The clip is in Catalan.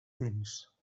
dins